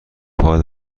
فایل